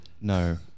No